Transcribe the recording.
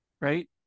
right